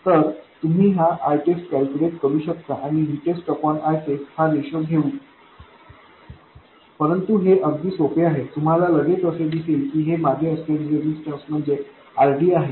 तर तुम्ही हा Itest कॅल्क्युलेट करू शकता आणि VtestItest हा रेशो घेऊ परंतु हे अगदी सोपे आहे तुम्हाला लगेच असे दिसेल की हे मागे असलेले रेजिस्टन्स म्हणजे RD आहे